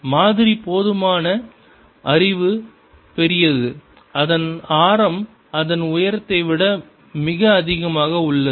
மாதிரி போதுமான அளவு பெரியது அதன் ஆரம் அதன் உயரத்தை விட மிக அதிகமாக உள்ளது